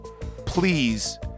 please